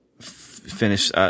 finish